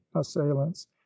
assailants